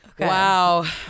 Wow